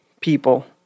people